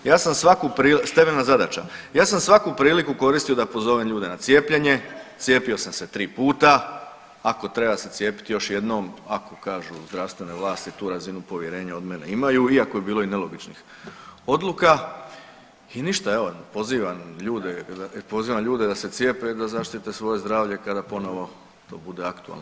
Ja sam svaku, sterilna zadaća, ja sam svaku priliku koristio da pozovem ljude na cijepljenje, cijepio sam se 3 puta, ako treba se cijepit još jednom ako kažu zdravstvene vlasti tu razinu povjerenja od mene imaju iako je bilo i nelogičnih odluka i ništa evo pozivam, pozivam ljude da se cijepe i da zaštite svoje zdravlje kada ponovo to bude aktualno.